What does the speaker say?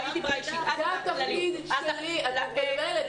זה התפקיד שלי, את מתבלבלת.